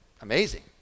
amazing